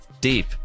deep